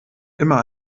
immer